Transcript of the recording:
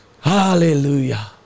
Hallelujah